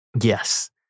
Yes